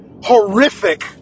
horrific